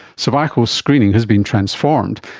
cervical screening has been transformed.